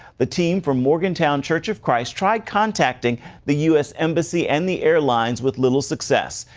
the team from morgantown church of christ tried contacting the u s. embassy and the airlines with little success.